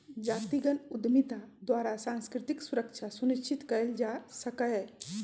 जातिगत उद्यमिता द्वारा सांस्कृतिक सुरक्षा सुनिश्चित कएल जा सकैय